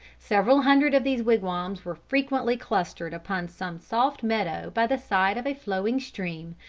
several hundred of these wigwams were frequently clustered upon some soft meadow by the side of a flowing stream,